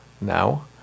now